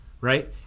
right